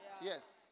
Yes